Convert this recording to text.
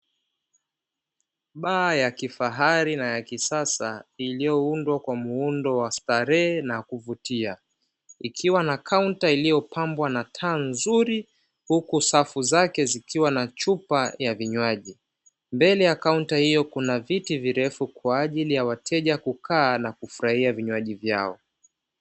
Baa ya kifahari na ya kisasa iliyoundwa kwa muundo wa starehe na kuvutia ikiwa na kaunta iliyopambwa na taa nzuri, huku safu zake zikiwa na chupa za vinywaji. Mbele ya kaunta hiyo kuna viti virefu kwa ajili ya wateja kukaa na kufurahia vinywaji vyao.